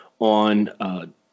on